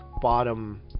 bottom